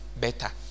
better